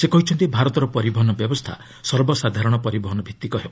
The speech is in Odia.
ସେ କହିଛନ୍ତି ଭାରତର ପରିବହନ ବ୍ୟବସ୍ଥା ସର୍ବସାଧାରଣ ପରିବହନ ଭିଭିକ ହେବ